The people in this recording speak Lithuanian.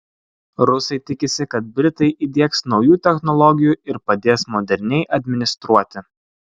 rusai tikisi kad britai įdiegs naujų technologijų ir padės moderniai administruoti